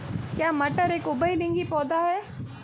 क्या मटर एक उभयलिंगी पौधा है?